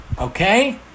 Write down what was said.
Okay